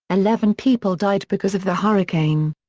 eleven people died because of the hurricane.